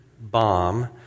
bomb